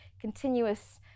continuous